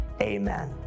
Amen